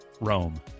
Rome